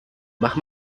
mach